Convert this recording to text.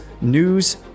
news